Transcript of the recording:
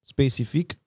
Specific